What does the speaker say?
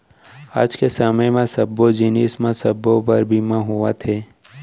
आज के समे म सब्बो जिनिस म सबो बर बीमा होवथे